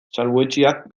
salbuetsiak